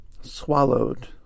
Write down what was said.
swallowed